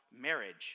marriage